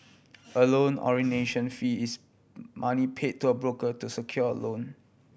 a loan fee is money paid to a broker to secure a loan